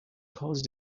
cause